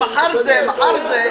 יואלס, מחר זה, מחר זה.